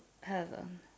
heaven